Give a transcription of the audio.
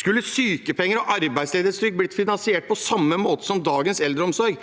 Skulle sykepenger og arbeidsledighetstrygd blitt finansiert på samme måte som dagens eldreomsorg,